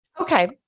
Okay